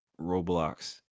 roblox